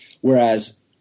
Whereas